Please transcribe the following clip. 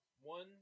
One